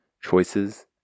choices